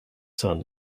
son